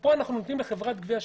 פה אנחנו נותנים לחברת גבייה,